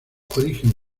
origen